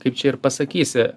kaip čia ir pasakysi